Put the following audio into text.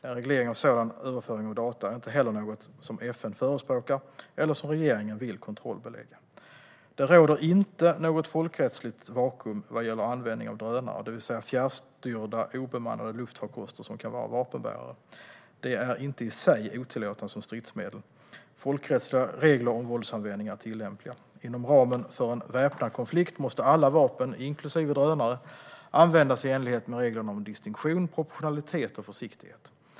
En reglering av sådan överföring av data är inte heller något som FN förespråkar eller som regeringen vill kontrollbelägga. Det råder inte något folkrättsligt vakuum vad gäller användningen av drönare - det vill säga fjärrstyrda obemannade luftfarkoster som kan vara vapenbärare. De är inte i sig otillåtna som stridsmedel. Folkrättsliga regler om våldsanvändning är tillämpliga. Inom ramen för en väpnad konflikt måste alla vapen, inklusive drönare, användas i enlighet med reglerna om distinktion, proportionalitet och försiktighet.